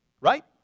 Right